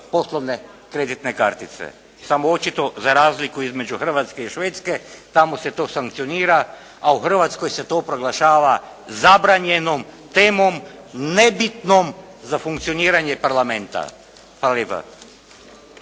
poslovne kreditne kartice. Samo očito za razliku između Hrvatske i Švedske, tamo se to sankcionira, a u Hrvatskoj se to proglašava zabranjenom temom nebitnom za funkcioniranje Parlamenta. Hvala